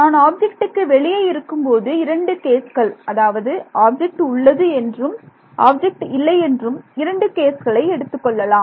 நான் ஆப்ஜெக்ட் க்கு வெளியே இருக்கும் போது இரண்டு கேஸ்கள் அதாவது ஆப்ஜெக்ட் உள்ளது என்றும் ஆப்ஜெக்ட் இல்லை என்றும் இரண்டு கேஸ்களை எடுத்துக்கொள்ளலாம்